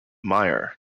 maier